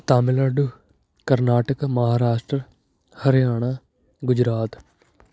Tamil Nadu Karnataka Maharashtra Haryana Gujarat